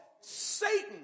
Satan